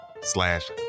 slash